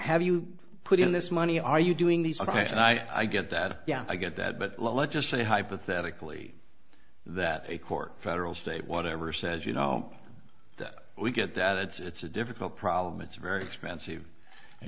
have you put in this money are you doing these attacks and i get that yeah i get that but let's just say hypothetically that a court federal state whatever says you know we get that it's a difficult problem it's very expensive and